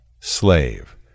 Slave